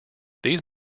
these